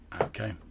Okay